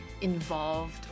involved